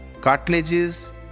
cartilages